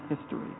history